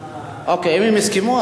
אם הם הסכימו,